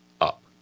up